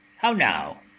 how now!